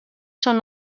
són